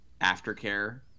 aftercare